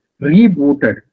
rebooted